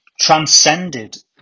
transcended